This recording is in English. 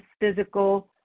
physical